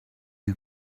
you